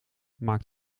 maakt